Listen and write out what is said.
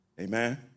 Amen